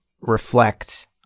reflect